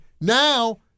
now